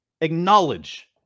acknowledge